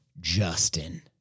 Justin